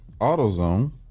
AutoZone